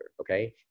okay